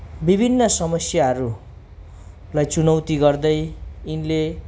विभिन्न समस्याहरूलाई चुनौति गर्दै यिनले